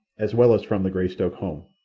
as well as from the greystoke home.